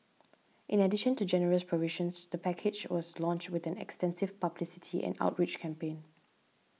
in addition to generous provisions the package was launched with an extensive publicity and outreach campaign